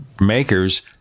makers